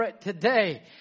today